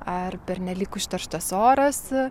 ar pernelyg užterštas oras